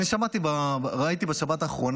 בשבת האחרונה